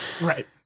right